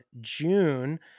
june